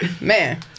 Man